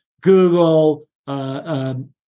Google